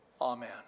Amen